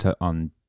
on